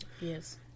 Yes